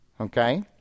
Okay